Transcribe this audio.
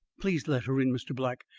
please let her in, mr. black.